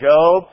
Job